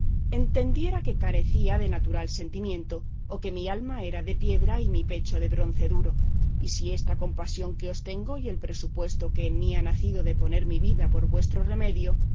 entendiera que carecía de natural sentimiento o que mi alma era de piedra y mi pecho de bronce duro y si esta compasión que os tengo y el presupuesto que en mí ha nacido de poner mi vida por vuestro remedio